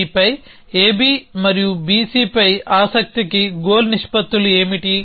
B పై AB మరియు BC పై ఆసక్తికి గోల్ నిష్పత్తులు ఏమిటి